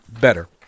better